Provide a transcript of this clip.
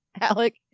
Alec